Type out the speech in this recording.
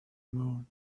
moon